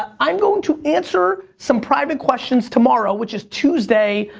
ah i'm going to answer some private questions tomorrow, which is tuesday,